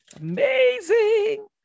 amazing